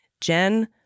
Jen